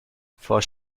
for